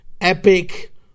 epic